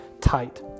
tight